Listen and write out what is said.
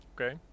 okay